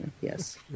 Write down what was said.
Yes